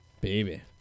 baby